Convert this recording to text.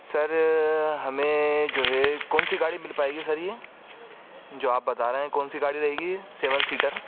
سر ہمیں جو ہے کونسی گاڑی مل پائے گی سر یہ جو آپ بتا رہے ہیں کونسی گاڑی رہے گی یہ سیون سیٹر